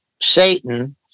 satan